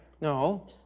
No